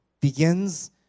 begins